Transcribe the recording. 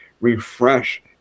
refresh